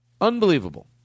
Unbelievable